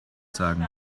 sagen